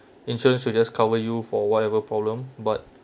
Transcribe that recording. insurance will just cover you for whatever problem but